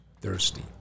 thirsty